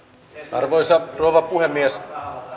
arvoisa rouva puhemies